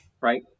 Right